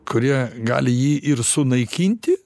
kurie gali jį ir sunaikinti